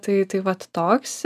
tai tai vat toks